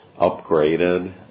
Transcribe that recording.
upgraded